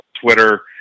Twitter